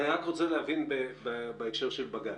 אני רק רוצה להבין בהקשר של בג"ץ.